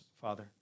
Father